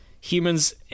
Humans